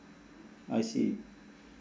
I see